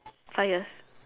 five years